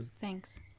Thanks